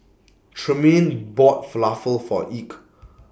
Tremaine bought Falafel For Ike